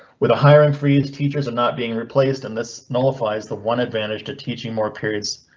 with a hiring freeze, teachers are not being replaced in. this nullifies the one advantage to teaching more periods.